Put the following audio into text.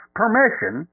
permission